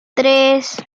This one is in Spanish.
tres